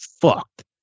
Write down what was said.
fucked